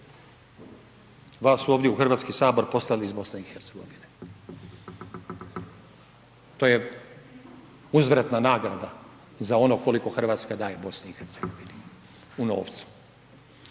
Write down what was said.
Vas su ovdje u Hrvatski sabor poslali iz Bosne i Hercegovine. To je uzvratna nagrada za ono koliko Hrvatska daje Bosni i Hercegovini u novcu